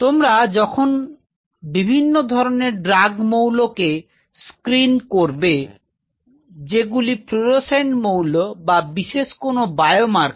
তোমরা যখন বিভিন্ন ধরনের ড্রাগ মৌল কে স্ক্রীন করবে যেগুলি ফ্লুরোসেন্ট মৌল বা বিশেষ কোনো বায়ো মার্কার